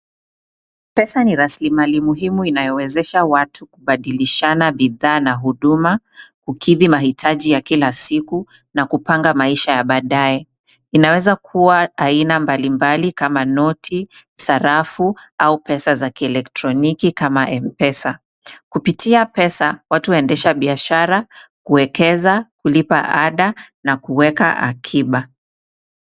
Pesa ni raslimali muhimu inayowezesha watu kubadilishana bidhaa na huduma, kukidhi mahitaji ya kila siku, na kupanga maisha ya baadaye. Inaweza kuwa aina mbalimbali kama noti, sarafu, au pesa za kielektroniki kama M-Pesa. Kupitia Pesa, watu huaendesha biashara huwekeza, kulipa ada, na kuweka akiba.